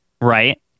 right